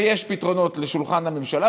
ויש פתרונות לשולחן הממשלה,